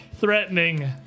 Threatening